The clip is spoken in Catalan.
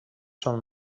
són